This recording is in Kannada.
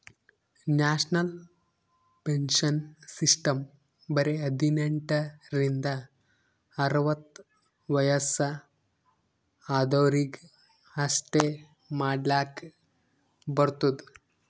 ನ್ಯಾಷನಲ್ ಪೆನ್ಶನ್ ಸಿಸ್ಟಮ್ ಬರೆ ಹದಿನೆಂಟ ರಿಂದ ಅರ್ವತ್ ವಯಸ್ಸ ಆದ್ವರಿಗ್ ಅಷ್ಟೇ ಮಾಡ್ಲಕ್ ಬರ್ತುದ್